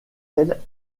elle